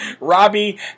Robbie